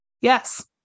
Yes